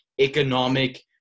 economic